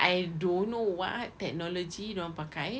I don't know what technology dorang pakai